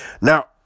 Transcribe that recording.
Now